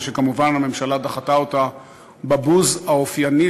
שכמובן הממשלה דחתה אותה בבוז האופייני